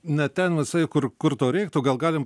ne ten visai kur kur to reiktų gal galim